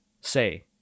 say